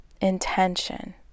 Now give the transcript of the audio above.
intention